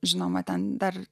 žinoma ten dar